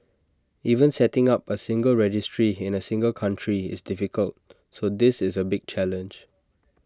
even setting up A single registry in A single country is difficult so this is A big challenge